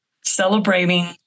Celebrating